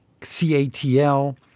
CATL